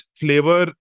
flavor